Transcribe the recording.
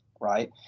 right